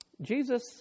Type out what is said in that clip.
Jesus